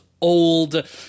old